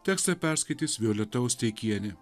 tekstą perskaitys violeta osteikienė